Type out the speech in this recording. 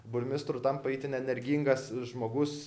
burmistru tampa itin energingas žmogus